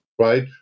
right